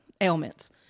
ailments